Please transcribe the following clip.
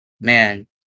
Man